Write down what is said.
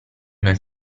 nel